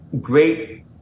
great